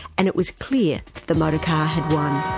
and it was clear that the motor car had won.